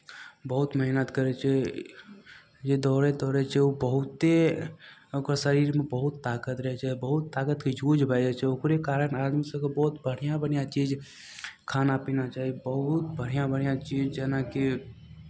बहुत मेहनत करै छै जे दौड़ै तोड़ै छै ओ बहुते ओकर शरीरमे बहुत तागत रहै छै बहुत तागत यूज भए जाइ छै ओकरे कारण आदमी सभकेँ बहुत बढ़िआँ बढ़िआँ चीज खाना पीना चाही बहुत बढ़िआँ बढ़िआँ चीज जेनाकि